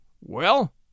Well